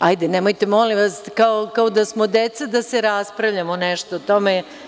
Hajde nemojte molim vas kao da smo deca da se raspravljamo nešto o tome.